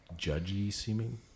judgy-seeming